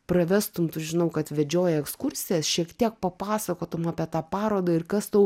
pravestum tu žinau kad vedžioji ekskursijas šiek tiek papasakotum apie tą parodą ir kas tau